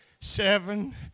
Seven